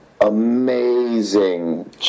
amazing